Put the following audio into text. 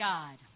God